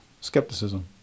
skepticism